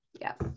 Yes